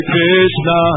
Krishna